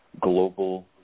global